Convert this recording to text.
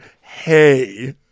Hey